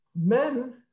men